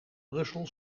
brussel